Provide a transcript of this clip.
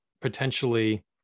potentially